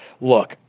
look